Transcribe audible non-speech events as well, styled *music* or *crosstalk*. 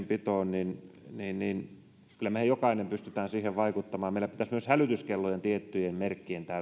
*unintelligible* pitoon niin kyllä me ihan jokainen pystymme siihen vaikuttamaan meillä pitäisi myös hälytyskellojen tiettyjen merkkien täyttyessä